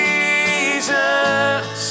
Jesus